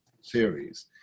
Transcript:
series